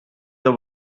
the